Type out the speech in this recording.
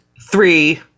three